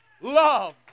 Love